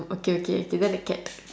okay okay okay then a cat